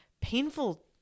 painful